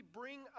bring